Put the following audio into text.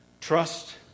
Trust